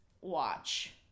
watch